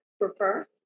prefer